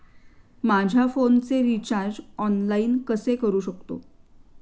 माझ्या फोनचे recharge online कसे करू शकतो?